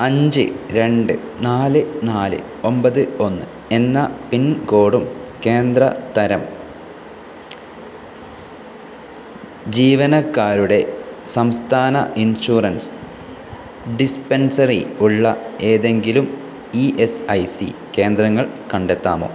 അഞ്ച് രണ്ട് നാല് നാല് ഒമ്പത് ഒന്ന് എന്ന പിൻകോഡും കേന്ദ്ര തരം ജീവനക്കാരുടെ സംസ്ഥാന ഇൻഷുറൻസ് ഡിസ്പെൻസറി ഉള്ള ഏതെങ്കിലും ഇ എസ് ഐ സി കേന്ദ്രങ്ങൾ കണ്ടെത്താമോ